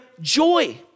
joy